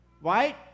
right